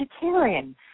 vegetarian